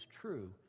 true